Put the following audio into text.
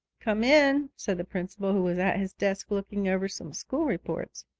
come in, said the principal, who was at his desk looking over some school reports.